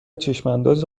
چشماندازی